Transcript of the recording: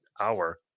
hour